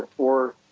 ah or,